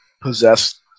possessed